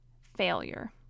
failure